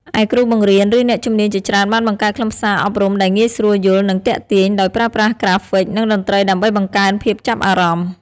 ឯគ្រូបង្រៀន ឬអ្នកជំនាញជាច្រើនបានបង្កើតខ្លឹមសារអប់រំដែលងាយស្រួលយល់ និងទាក់ទាញ ដោយប្រើប្រាស់ក្រាហ្វិក និងតន្ត្រីដើម្បីបង្កើនភាពចាប់អារម្មណ៍។